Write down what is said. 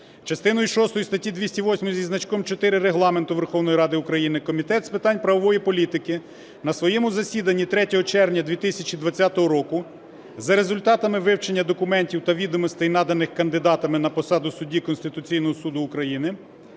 шостою статті 208 зі значком 4 Регламенту Верховної Ради України Комітет з питань правової політики на своєму засіданні 3 червня 2020 року за результатами вивчення документів та відомостей, наданих кандидатами на посаду судді Конституційного Суду України